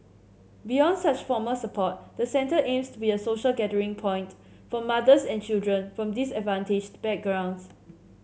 beyond such formal support the centre aims to be a social gathering point for mothers and children from disadvantaged backgrounds